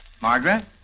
Margaret